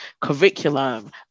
curriculum